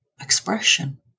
expression